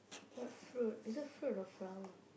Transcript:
what fruit is it fruit or flower